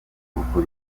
gruppo